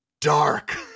dark